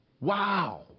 wow